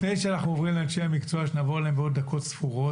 לפני שאנחנו עוברים לאנשי המקצוע שנעבור אליהם בעוד דקות ספורות,